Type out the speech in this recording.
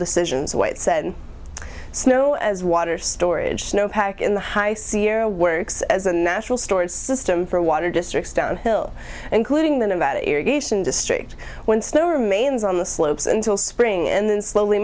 decisions white said snow as water storage snowpack in the high sierra works as a natural storage system for water districts downhill including that about irrigation district when snow remains on the slopes until spring in then slowly